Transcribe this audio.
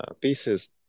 pieces